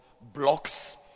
blocks